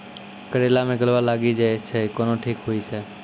करेला मे गलवा लागी जे छ कैनो ठीक हुई छै?